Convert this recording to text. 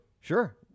Sure